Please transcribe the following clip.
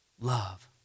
love